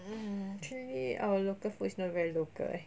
mm actually our local food is not very local eh